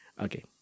okay